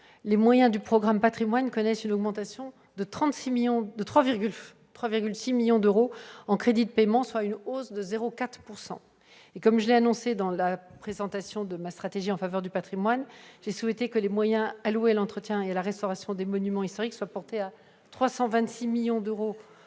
les moyens du programme « Patrimoines » enregistrent une augmentation de 3,6 millions d'euros en crédits de paiement, soit une hausse de 0,4 %. Comme je l'ai annoncé lors de la présentation de la stratégie pluriannuelle en faveur du patrimoine, j'ai souhaité que les moyens alloués à l'entretien et à la restauration des monuments historiques soient portés à 326 millions d'euros